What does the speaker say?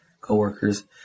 coworkers